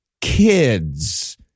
Kids